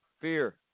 Fear